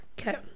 Okay